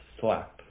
slap